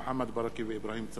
מוחמד ברכה ואברהים צרצור.